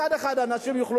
מצד הנשים,